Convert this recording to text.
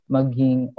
Maging